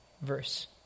verse